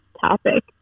topic